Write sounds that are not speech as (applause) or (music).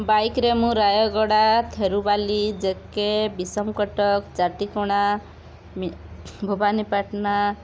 ବାଇକ୍ରେ ମୁଁ ରାୟଗଡ଼ା ଥେରୁବାଲି ଜେକେ ବିଷମକଟକ ଚାଟିକଣା (unintelligible) ଭବାନୀପାଟଣା